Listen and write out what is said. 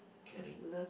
caring